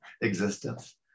existence